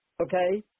Okay